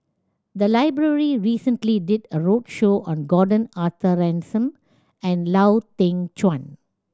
the library recently did a roadshow on Gordon Arthur Ransome and Lau Teng Chuan